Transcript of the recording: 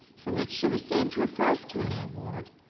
for which she received her first tony award.